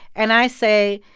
and i say,